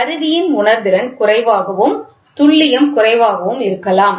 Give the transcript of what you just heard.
கருவியின் உணர்திறன் குறைவாகவும் துல்லியம் குறைவாகவும் இருக்கலாம்